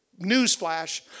newsflash